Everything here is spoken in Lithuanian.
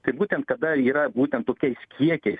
tai būtent kada yra būtent tokiais kiekiais